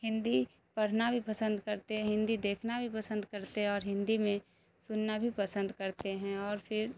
ہندی پڑھنا بھی پسند کرتے ہیں ہندی دیکھنا بھی پسند کرتے اور ہندی میں سننا بھی پسند کرتے ہیں اور پھر